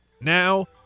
Now